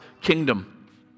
kingdom